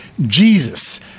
Jesus